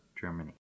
Germany